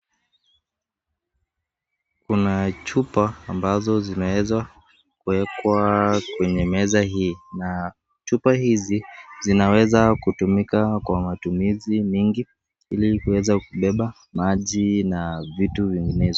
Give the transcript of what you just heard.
Kuna chupa ambazo zimeweza kuwekwa kwenye meza hii na chupa hizi zinaweza kutumika kwa matumizi mingi ili kuweza kubeba maji na vitu vinginezo.